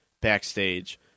backstage